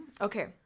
Okay